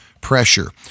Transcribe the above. pressure